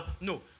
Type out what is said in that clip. No